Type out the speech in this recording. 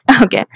Okay